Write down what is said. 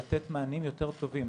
לתת מענים יותר טובים.